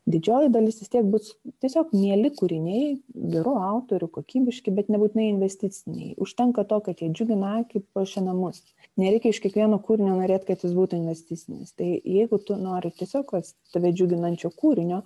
didžioji dalis vis tiek bus tiesiog mieli kūriniai gerų autorių kokybiški bet nebūtinai investiciniai užtenka to kad jie džiugina akį puošia namus nereikia iš kiekvieno kūrinio norėt kad jis būtų investicinis tai jeigu tu nori tiesiog vat tave džiuginančio kūrinio